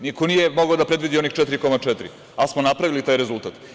Niko nije mogao da predvidi onih 4,4, ali smo napravili taj rezultat.